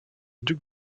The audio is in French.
duc